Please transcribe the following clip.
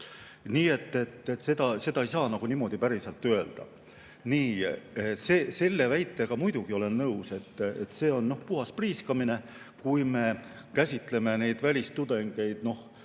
Nii et seda ei saa niimoodi päriselt öelda. Selle väitega muidugi olen nõus, et see on puhas priiskamine, kui me käsitleme neid välistudengeid